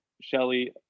Shelly